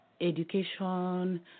education